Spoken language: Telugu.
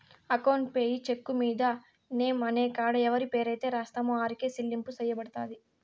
అకౌంట్ పేయీ చెక్కు మీద నేమ్ అనే కాడ ఎవరి పేరైతే రాస్తామో ఆరికే సెల్లింపు సెయ్యబడతది